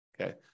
Okay